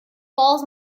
falls